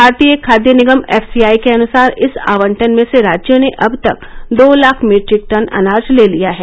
भारतीय खाद्य निगम एफसीआई के अनुसार इस आवंटन में से राज्यों ने अब तक दो लाख मीट्रिक टन अनाज ले लिया है